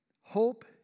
Hope